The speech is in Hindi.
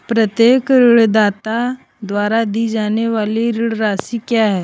प्रत्येक ऋणदाता द्वारा दी जाने वाली ऋण राशि क्या है?